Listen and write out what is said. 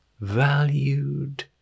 valued